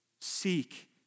Seek